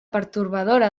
pertorbadora